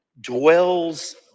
dwells